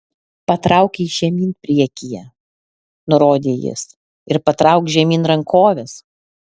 patrauk jį žemyn priekyje nurodė jis ir patrauk žemyn rankoves